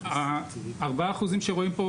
4% שרואים כאן,